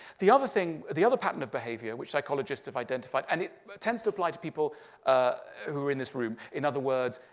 the other thing the other pattern of behavior, which psychologists have identified and it tends to apply to people who are in this room, in other words,